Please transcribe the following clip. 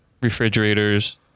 refrigerators